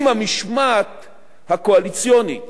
אם המשמעת הקואליציונית